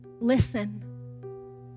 Listen